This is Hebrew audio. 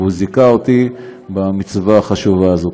וזיכה אותי במצווה החשובה הזאת.